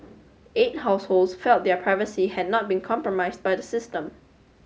eight households felt their privacy had not been compromised by the system